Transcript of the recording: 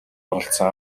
оролдсон